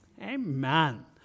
Amen